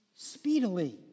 Speedily